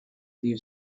view